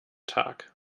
tag